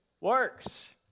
works